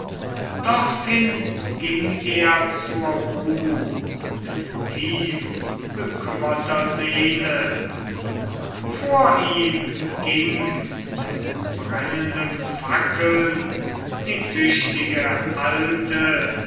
dorthin ging er zur ruh mit tief bekümmerter seele vor ihm ging mit brennenden fackeln die tüchtige alte